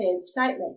statement